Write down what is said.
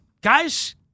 guys